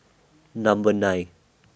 Number nine